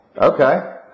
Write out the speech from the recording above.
Okay